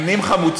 הם נהיים חמוצים.